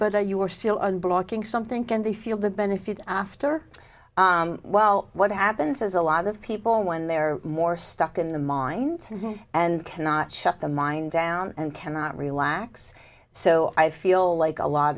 but the you are still and blocking something can they feel the benefit after well what happens as a lot of people when they're more stuck in the mind and cannot shut the mind down and cannot relax so i feel like a lot